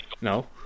No